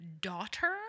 daughter